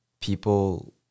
people